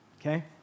okay